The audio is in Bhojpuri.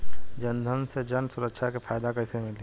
जनधन से जन सुरक्षा के फायदा कैसे मिली?